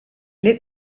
lit